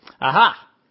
Aha